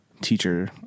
teacher